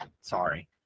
Sorry